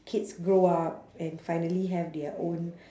kids grow up and finally have their own